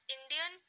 Indian